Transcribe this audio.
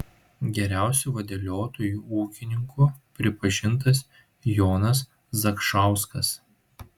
geriausiu vadeliotoju ūkininku pripažintas jonas zakšauskas